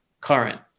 Current